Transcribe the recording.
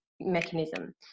mechanism